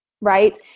right